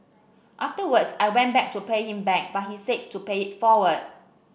afterwards I went back to pay him back but he said to pay it forward